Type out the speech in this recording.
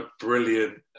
brilliant